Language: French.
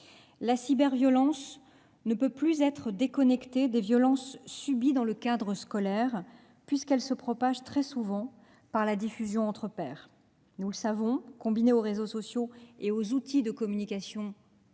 La cyberviolence ne peut plus être déconnectée des violences subies dans le cadre scolaire, puisqu'elle se propage très souvent par la diffusion entre pairs. Nous le savons : combiné aux réseaux sociaux et aux outils de communication de jeux